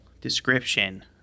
description